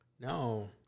No